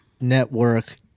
network